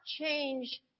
change